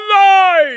alive